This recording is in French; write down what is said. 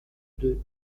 deux